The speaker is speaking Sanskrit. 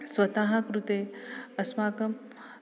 स्वतः कृते अस्माकं